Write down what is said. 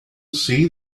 see